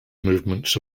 movements